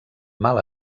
mal